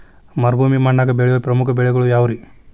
ಮರುಭೂಮಿ ಮಣ್ಣಾಗ ಬೆಳೆಯೋ ಪ್ರಮುಖ ಬೆಳೆಗಳು ಯಾವ್ರೇ?